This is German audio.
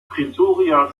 pretoria